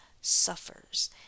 suffers